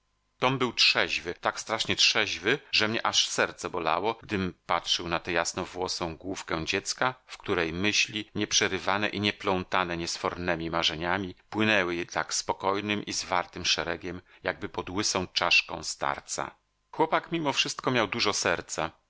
tom był trzeźwy tak strasznie trzeźwy że mnie aż serce bolało gdym patrzył na tę jasnowłosą główkę dziecka w której myśli nie przerywane i nie plątane niesfornemi marzeniami płynęły tak spokojnym i zwartym szeregiem jakby pod łysą czaszką starca chłopak mimo wszystko miał dużo serca